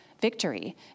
victory